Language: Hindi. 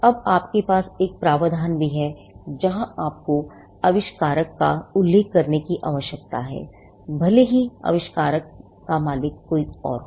अब आपके पास एक प्रावधान भी है जहां आपको आविष्कारक का उल्लेख करने की आवश्यकता है भले ही आविष्कार का मालिक कोई भी हो